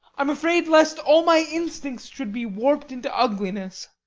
i'm afraid lest all my instincts should be warped into ugliness.